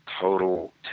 total